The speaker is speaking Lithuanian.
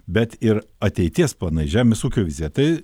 bet ir ateities planai žemės ūkio vizija tai